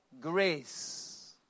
Grace